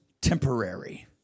temporary